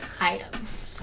items